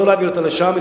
לא להעביר אותה לשם,